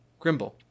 Grimble